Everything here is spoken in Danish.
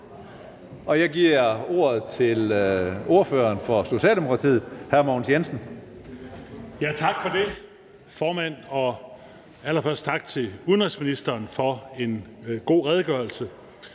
og jeg giver ordet til ordføreren for Socialdemokratiet, hr. Mogens Jensen. Kl. 17:16 (Ordfører) Mogens Jensen (S): Tak for det, formand. Og allerførst tak til udenrigsministeren for en god redegørelse.